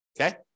Okay